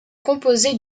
composait